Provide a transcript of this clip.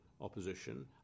opposition